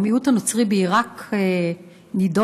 חברת הכנסת ענת ברקו, בבקשה,